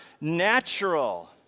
natural